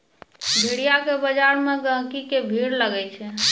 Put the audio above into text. भेड़िया के बजार मे गहिकी के भीड़ लागै छै